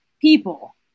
people